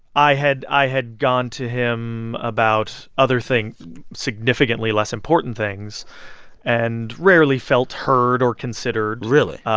i had i had gone to him about other things significantly less important things and rarely felt heard or considered really?